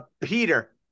Peter